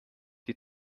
die